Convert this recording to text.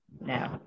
No